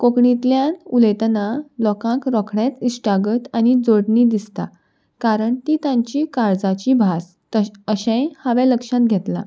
कोंकणींतल्यान उलयतना लोकांक रोखडेंच इश्टागत आनी जोडणी दिसता कारण ती तांची काळजाची भास अशेंय हांवें लक्षांत घेतलां